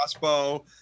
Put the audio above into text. crossbow